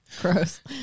Gross